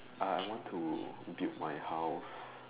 ah I want to build my house